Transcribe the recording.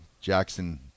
Jackson